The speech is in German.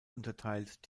unterteilt